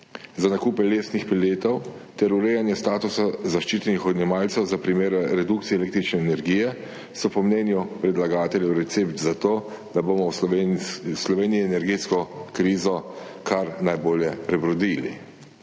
za nakupe lesnih preletov ter urejanje statusa zaščitenih odjemalcev za primere redukcije električne energije, so po mnenju predlagateljev recept za to, da bomo v Sloveniji energetsko krizo kar najbolje prebrodili.